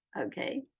Okay